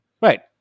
right